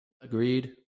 Agreed